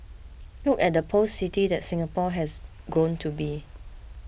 look at the post city that Singapore had grown to be